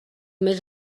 més